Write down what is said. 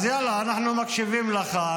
אז יאללה, אנחנו מקשיבים לך.